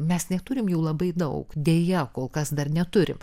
mes neturim jų labai daug deja kol kas dar neturim